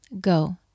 Go